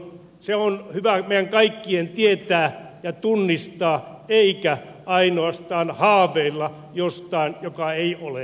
se on hyvä meidän kaikkien tietää ja tunnistaa eikä ainoastaan haaveilla jostain mikä ei ole mahdollista